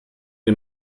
den